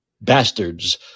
bastards